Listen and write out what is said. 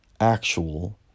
actual